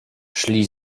szli